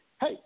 hey